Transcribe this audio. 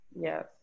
Yes